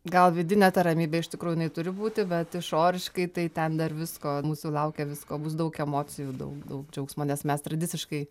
gal vidinė ramybė iš tikrųjų jinai turi būti bet išoriškai tai ten dar visko mūsų laukia visko bus daug emocijų daug daug džiaugsmo nes mes tradiciškai